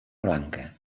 blanca